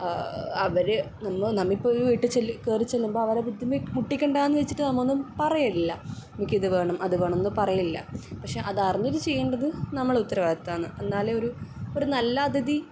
അവര് നമ്മോ നമ്മൾ ഇപ്പം ഒരു വീട്ടിൽ ചെല്ല് കേറി ചെല്ലുമ്പം അവരെ ബുദ്ധിമി മുട്ടിക്കണ്ട വെച്ചിട്ടു നമ്മളൊന്നും പറയലില്ല എനിയ്ക്കിത് വേണം അത് വേണം ന്ന് പറയില്ല പക്ഷേ അതറിഞ്ഞത് ചെയ്യണ്ടത് നമ്മുടെ ഉത്തരവാദിത്തമാണ് എന്നാലെ ഒരു നല്ല അതിഥി